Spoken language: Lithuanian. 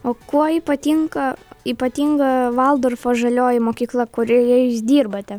o kuo ypatinga ypatinga valdorfo žalioji mokykla kurioje jūs dirbate